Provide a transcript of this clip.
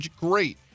Great